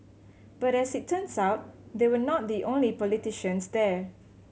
but as it turns out they were not the only politicians there